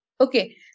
Okay